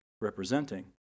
representing